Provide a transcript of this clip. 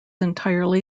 entirely